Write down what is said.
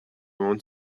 want